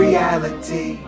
Reality